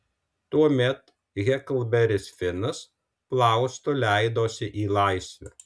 tuomet heklberis finas plaustu leidosi į laisvę